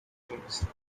service